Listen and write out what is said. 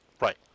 Right